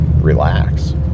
relax